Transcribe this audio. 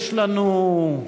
חברי הכנסת, יש לנו,